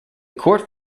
court